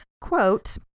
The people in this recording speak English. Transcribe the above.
Quote